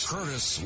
Curtis